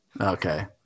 Okay